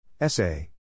Essay